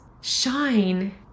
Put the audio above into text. shine